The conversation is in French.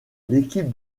l’équipe